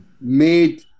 made